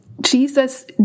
Jesus